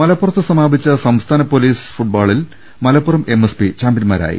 മലപ്പു റത്ത് സ്മാപിച്ച സംസ്ഥാന പൊലീസ് ഫുട്ബോളിൽ മലപ്പുറം എം എസ് പി ചാമ്പ്യൻമാരാ യി